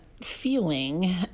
feeling